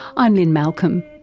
i'm lynne malcolm,